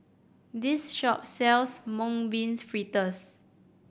this shop sells Mung Bean Fritters